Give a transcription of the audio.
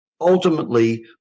ultimately